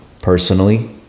personally